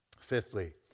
Fifthly